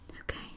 Okay